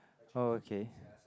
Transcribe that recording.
oh okay